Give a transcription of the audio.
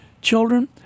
children